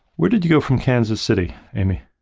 where did you go from kansas city, amy?